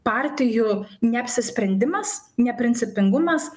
partijų neapsisprendimas neprincipingumas